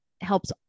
helps